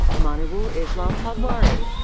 manirul islam patwary.